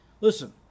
Listen